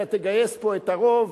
אתה תגייס פה את הרוב.